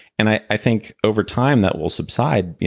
and i i think over time that will subside.